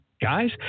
Guys